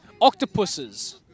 octopuses